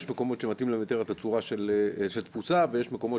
יש מקומות שמתאים להם יותר התצורה של תפוסה ויש מקומות